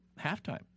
halftime